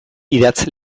idatz